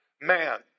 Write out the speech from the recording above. man